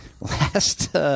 last